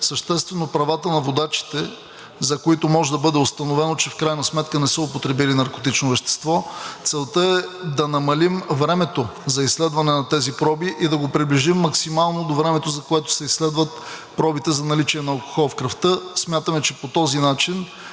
съществено правата на водачите, за които може да бъде установено, че в крайна сметка не са употребили наркотично вещество. Целта е да намалим времето за изследване на тези проби и да го приближим максимално до времето, за което се изследват пробите за наличие на алкохол в кръвта. Смятаме, че по този начин